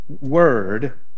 word